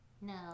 No